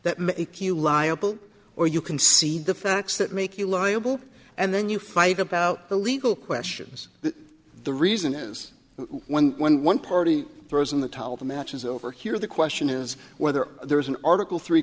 that make you liable or you concede the facts that make you liable and then you fight about the legal questions that the reason is when when one party throws in the towel the match is over here the question is whether there is an article three